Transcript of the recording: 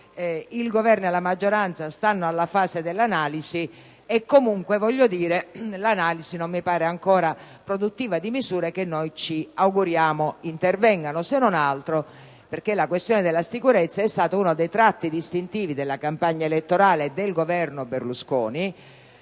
il Governo e la maggioranza stanno ancora alla fase dell'analisi e, comunque, questa analisi non mi pare produttiva di misure che ci auguriamo intervengano; se non altro, perché il tema della sicurezza è stato uno dei tratti distintivi della campagna elettorale e del Governo Berlusconi,